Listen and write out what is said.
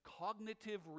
cognitive